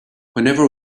whenever